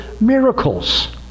miracles